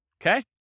okay